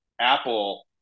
apple